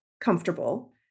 comfortable